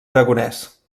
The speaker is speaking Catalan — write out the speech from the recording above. aragonès